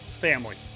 family